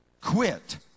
Quit